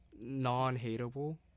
non-hateable